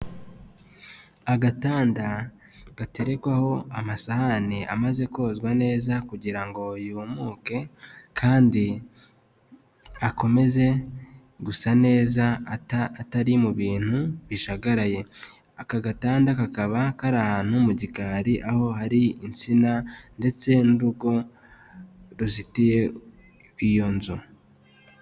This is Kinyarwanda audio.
Agatanda gaterekwaho amasahani amaze kozwa neza, kugira ngo yumuke kandi akomeze gusa neza atari mu bintu bijagaraye, aka gatanda kakaba kari ahantu mu gikari aho hari insina, ndetse n'urugo ruzitiye iyo nzu.